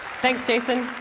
thanks, jason.